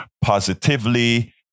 positively